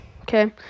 okay